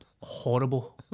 Horrible